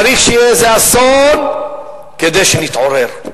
צריך שיהיה איזה אסון כדי שנתעורר,